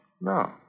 No